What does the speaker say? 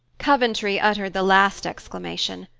coventry uttered the last exclamation,